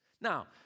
Now